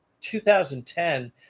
2010